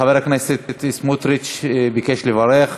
חבר הכנסת סמוטריץ ביקש לברך.